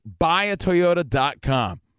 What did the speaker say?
buyatoyota.com